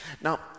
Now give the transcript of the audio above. Now